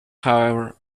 however